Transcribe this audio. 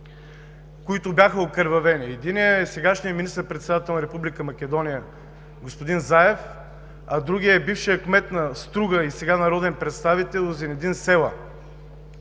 и бяха окървавени. Единият е сегашният министър-председател на Република Македония – господин Заев, а другият е бившият кмет на Струга и сега народен представител – Зенадин Села.